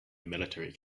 military